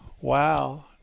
Wow